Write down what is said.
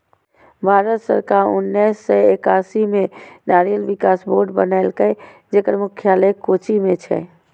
भारत सरकार उन्नेस सय एकासी मे नारियल विकास बोर्ड बनेलकै, जेकर मुख्यालय कोच्चि मे छै